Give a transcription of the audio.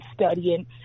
studying